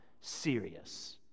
serious